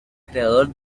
creador